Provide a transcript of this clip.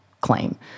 claim